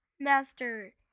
Master